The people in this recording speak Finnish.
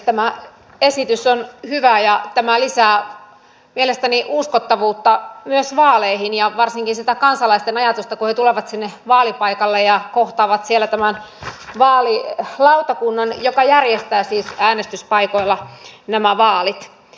tämä esitys on hyvä ja tämä lisää mielestäni mös vaalien uskottavuutta varsinkin niissä kansalaisten ajatuksissa kun he tulevat sinne vaalipaikalle ja kohtaavat siellä tämän vaalilautakunnan joka järjestää siis äänestyspaikoilla nämä vaalit